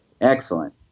Excellent